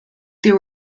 there